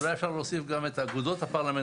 אולי אפשר להוסיף גם את האגודות הפרלמנטריות